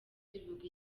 rivuga